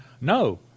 no